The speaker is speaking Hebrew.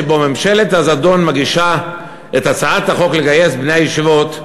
שבו ממשלת הזדון מגישה את הצעת החוק לגייס את בני הישיבות,